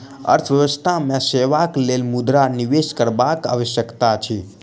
अर्थव्यवस्था मे सेवाक लेल मुद्रा निवेश करबाक आवश्यकता अछि